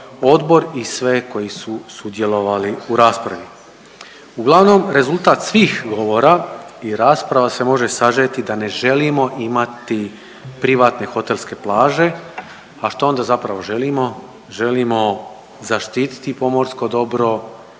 odbor i sve koji su sudjelovali u raspravi. Uglavnom rezultat svih govora i rasprava se može sažeti da ne želimo imati privatne hotelske plaže. A šta onda zapravo želimo? Želimo zaštiti pomorsko dobro